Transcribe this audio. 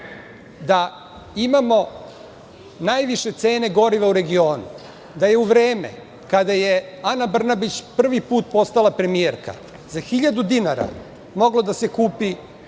da imamo najviše cene goriva u regionu, da je u vreme kada je Ana Brnabić prvi put postala premijerka za hiljadu dinara moglo da se kupi